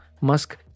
Musk